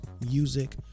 music